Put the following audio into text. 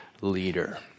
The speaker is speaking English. leader